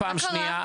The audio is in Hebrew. פעם שנייה.